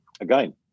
again